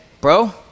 bro